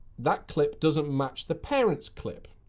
that clip doesn't match the parent's clip.